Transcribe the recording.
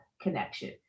connection